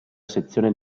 sezione